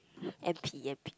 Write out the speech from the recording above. N_P N_P